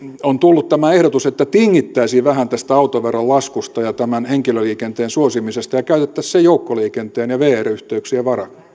on tullut tämä ehdotus että tingittäisiin vähän tästä autoveron laskusta ja tämän henkilöliikenteen suosimisesta ja käytettäisiin se joukkoliikenteen ja vr yhteyksien